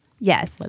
Yes